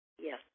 Yes